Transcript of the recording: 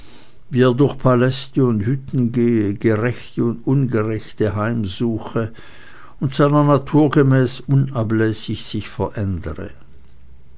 wie er durch paläste und hütten gehe gerechte und ungerechte heimsuche und seiner natur gemäß unablässig sich verändere